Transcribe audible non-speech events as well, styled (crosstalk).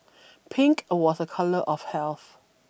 (noise) pink was a colour of health